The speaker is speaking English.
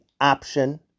option